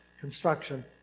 construction